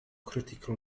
critical